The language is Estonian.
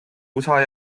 usa